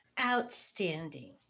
Outstanding